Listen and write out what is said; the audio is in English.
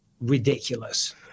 ridiculous